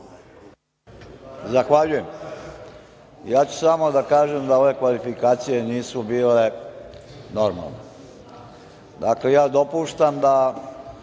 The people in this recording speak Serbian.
Rističević** Ja ću samo da kažem da ove kvalifikacije nisu bile normalne. Dakle, ja dopuštam da